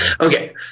Okay